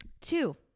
Two